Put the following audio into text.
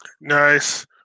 Nice